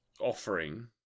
offering